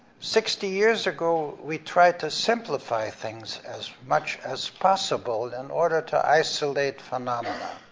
sixty years ago, we tried to simplify things as much as possible in order to isolate phenomenon,